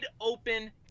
open